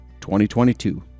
2022